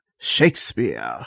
shakespeare